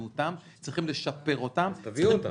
אותם וצריך לשפר אותם -- אז תביאו אותם.